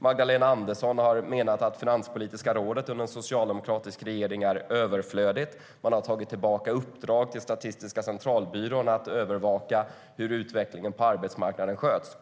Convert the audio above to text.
Magdalena Andersson har menat att Finanspolitiska rådet är överflödigt under en socialdemokratisk regering. Man har tagit tillbaka uppdrag till Statistiska centralbyrån att övervaka hur utvecklingen på arbetsmarknaden sköts.